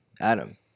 Adam